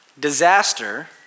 disaster